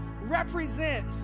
represent